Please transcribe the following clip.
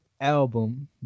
album